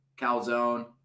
Calzone